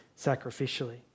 sacrificially